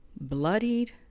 bloodied